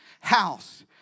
house